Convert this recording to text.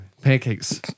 Pancakes